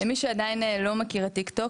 מי שעדיין לא מכיר את טיקטוק,